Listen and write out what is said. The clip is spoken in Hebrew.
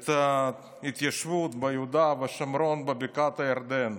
את ההתיישבות ביהודה ושומרון, בבקעת הירדן.